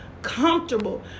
Comfortable